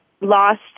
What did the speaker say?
lost